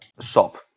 shop